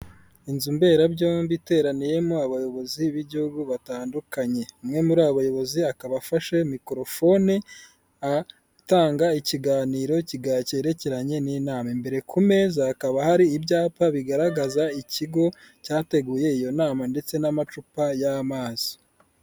Inzu mberabyombi iteraniyemo abayobozi b'Ibihugu batandukanye, umwe muri abo bayobozi akaba afashe mikorofone, atanga ikiganiro cyerekeranye n'inama, imbere ku meza hakaba hari ibyapa bigaragaza ikigo cyateguye iyo nama ndetse n'amacupa y'amazi.